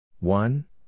One